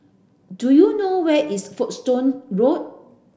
do you know where is Folkestone Road